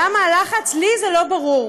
למה הלחץ, לי זה לא ברור.